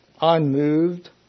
unmoved